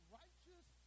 righteous